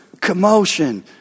commotion